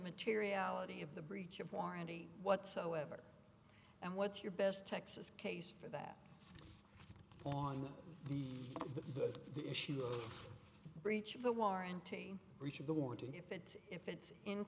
materiality of the breach of warranty whatsoever and what's your best texas case for that on the the issue of breach of the warranty reach of the warranty if it if it's in